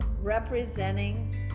representing